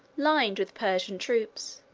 lined with persian troops,